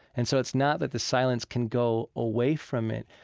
and so it's not that the silence can go away from it.